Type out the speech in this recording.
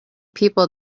people